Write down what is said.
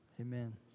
Amen